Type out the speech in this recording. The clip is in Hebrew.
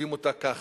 כותבים אותה ככה.